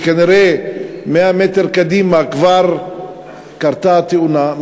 כי כנראה 100 מטר קדימה כבר קרתה התאונה,